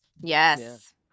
Yes